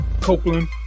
Copeland